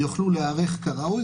יוכלו להיערך כראוי.